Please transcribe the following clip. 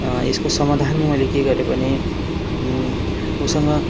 यसको समाधान मैले के गरेँ भने उसँग